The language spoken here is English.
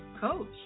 Coach